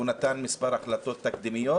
הוא נתן מספר החלטות תקדימיות,